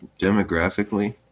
Demographically